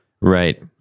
right